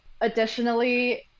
Additionally